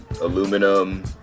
aluminum